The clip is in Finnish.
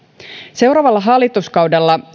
seuraavalla hallituskaudella